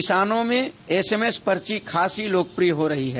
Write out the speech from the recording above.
किसानों में एसएमएस पर्ची खासी लोकप्रिय हो रही है